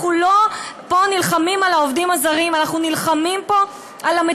אנחנו לא נלחמים פה על העובדים הזרים,